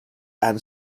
and